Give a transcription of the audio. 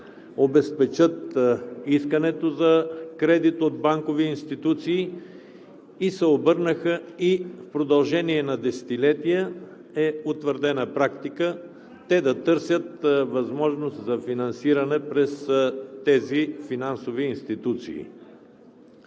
обезпечат искането си за кредит от банковите институции – в продължение на десетилетия е утвърдена практика, и се обърнаха да търсят възможност за финансиране през тези финансови институции.